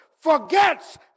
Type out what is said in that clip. Forgets